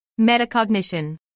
Metacognition